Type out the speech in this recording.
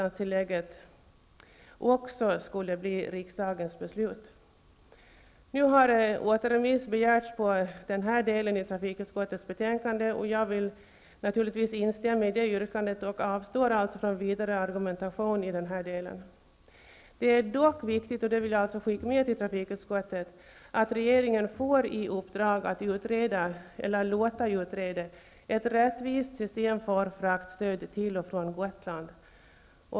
Nu har återremiss begärts av denna del av trafikutskottets betänkande, och jag vill naturligtvis instämma i detta yrkande och avstår från vidare argumentation på den punkten. Det är dock viktigt -- det vill jag skicka med till trafikutskottet -- att regeringen får i uppdrag att låta utreda ett rättvist system för fraktstöd till trafik till och från Gotland.